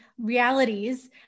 realities